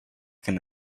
can